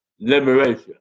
liberation